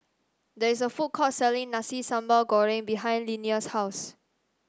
there is a food court selling Nasi Sambal Goreng behind Linnea's house